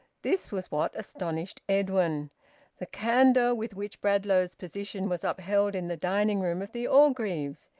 this was what astonished edwin the candour with which bradlaugh's position was upheld in the dining-room of the orgreaves.